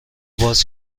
باز